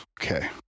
Okay